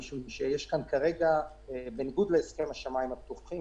משום שיש כאן כרגע בניגוד להסכם השמיים הפתוחים,